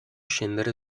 scendere